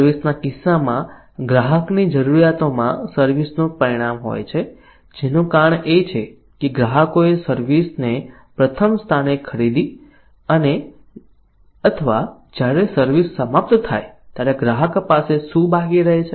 service ના કિસ્સામાં ગ્રાહકની જરૂરિયાતોમાં સર્વિસ નું પરિણામ હોય છે જેનું કારણ એ છે કે ગ્રાહકોએ સર્વિસ ને પ્રથમ સ્થાને ખરીદી અથવા જ્યારે સર્વિસ સમાપ્ત થાય ત્યારે ગ્રાહક પાસે શું બાકી રહે છે